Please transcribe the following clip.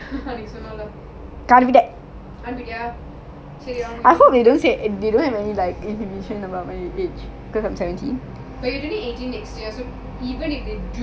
I hope they don't say I they don't have any like inhibitions about my age because I'm seventeen